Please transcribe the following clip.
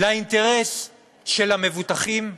לאינטרס של המבוטחים,